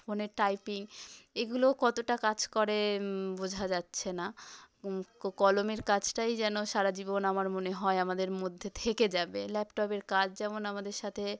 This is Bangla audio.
ফোনের টাইপিং এগুলোও কতটা কাজ করে বোঝা যাচ্ছে না কলমের কাজটাই যেন সারাজীবন আমার মনে হয় আমাদের মধ্যে থেকে যাবে ল্যাপটপের কাজ যেমন আমাদের সাথে